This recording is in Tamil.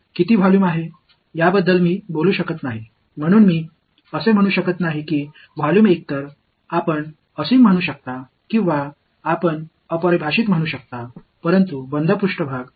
எனவே வால்யூம் என்பதை நீங்கள் எல்லையற்றது என்று சொல்லலாம் அல்லது வரையறுக்கப்படவில்லை என்று சொல்லலாம் ஆனால் ஒரு மூடிய மேற்பரப்பு ஒரு வரையறுக்கப்பட்ட அளவை உள்ளடக்கியது